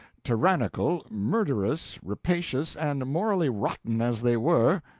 tyrannical, murderous, rapacious, and morally rotten as they were,